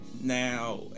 Now